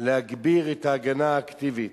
להגביר את ההגנה האקטיבית.